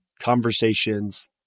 conversations